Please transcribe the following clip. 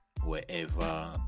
wherever